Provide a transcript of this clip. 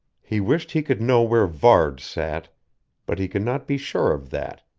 he wished he could know where varde sat but he could not be sure of that,